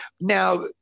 now